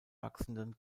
wachsenden